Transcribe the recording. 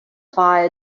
via